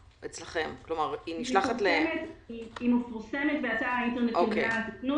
היא מפורסמת באתר האינטרנט של מינהל התכנון.